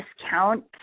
discount